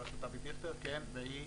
כן, והיא,